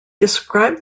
described